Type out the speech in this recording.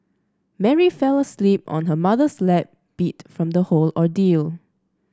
Mary fell asleep on her mother's lap beat from the whole ordeal